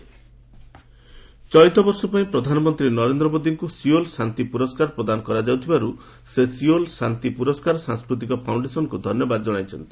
ପିଏମ୍ସିଓଲ୍ prize ଚଳିତବର୍ଷ ପାଇଁ ପ୍ରଧାନମନ୍ତ୍ରୀ ନରେନ୍ଦ୍ର ମୋଦିଙ୍କୁ ସିଓଲ୍ ଶାନ୍ତି ପୁରସ୍କାର ପ୍ରଦାନ କରାଯାଉଥିବାରୁ ସେ ସିଓଲ ଶାନ୍ତି ପୁରସ୍କାର ସାଂସ୍କୃତିକ ଫାଉଣ୍ଡେସନ୍କୁ ଧନ୍ୟବାଦ ଜଣାଇଛନ୍ତି